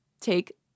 Take